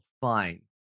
fine